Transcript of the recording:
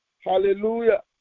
Hallelujah